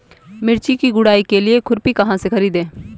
मिर्च की गुड़ाई के लिए खुरपी कहाँ से ख़रीदे?